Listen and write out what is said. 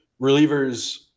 relievers